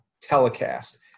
telecast